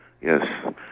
Yes